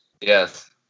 Yes